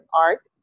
art